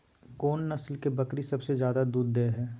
कोन नस्ल के बकरी सबसे ज्यादा दूध दय हय?